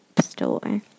store